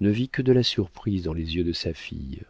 ne vit que de la surprise dans les yeux de sa fille